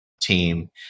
team